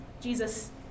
Jesus